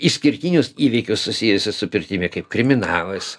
išskirtinius įvykius susijusius su pirtimi kaip kriminalas